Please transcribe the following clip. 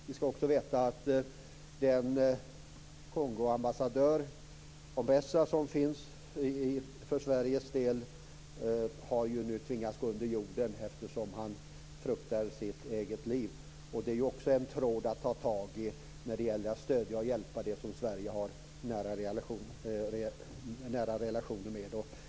Ni bör också veta att den Kongoambassadör som finns för Sveriges räkning nu har tvingats gå under jorden, eftersom han fruktar för sitt eget liv. Det är också en tråd att ta tag i, att stödja och hjälpa dem som Sverige har nära relationer till.